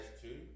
two